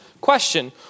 question